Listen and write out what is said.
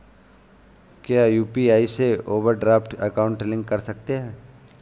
क्या यू.पी.आई से overdraft account link कर सकते हैं?